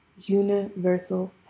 universal